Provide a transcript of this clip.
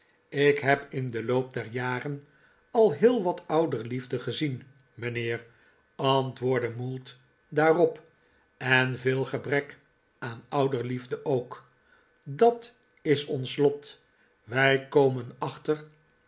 ik heb in den loop der jaren al heel wat ouderliefde gezien mijnheer antwoordde mould daarop en veel gebrek aan ouderliefde ook dat is ons lot wij komen achter